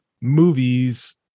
movies